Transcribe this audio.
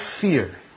fear